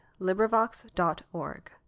LibriVox.org